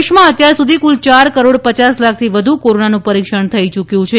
દેશમાં અત્યાર સુધી કુલ ચાર કરોડ પચાસ લાખથી વધુ કોરોનાનું પરિક્ષણ થઇ ચૂક્યું છે